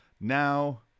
now